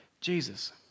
Jesus